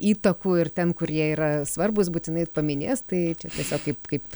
įtakų ir ten kur jie yra svarbūs būtinai paminės tai čia tiesiog kaip kaip